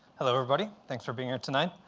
hello, everybody. thanks for being here tonight.